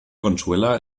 consuela